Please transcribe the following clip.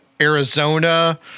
Arizona